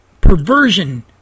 perversion